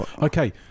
Okay